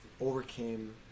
overcame